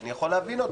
אני יכול להבין אותו.